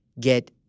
get